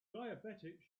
diabetics